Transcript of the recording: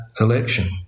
election